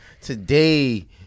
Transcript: Today